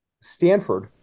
Stanford